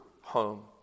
home